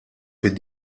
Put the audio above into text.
fid